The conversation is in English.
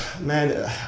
Man